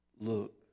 look